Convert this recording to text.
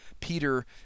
Peter